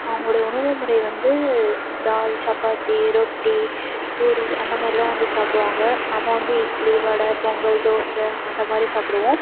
அவங்களுடைய உணவு முறை வந்து தால் சப்பாத்தி ரொட்டி பூரி அந்தமாதிரிதான் வந்து சாப்பிடுவாங்க நம்ம வந்து இட்லி வடை பொங்கல் தோசை அந்த மாதிரி சாப்பிடுவோம்